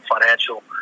financial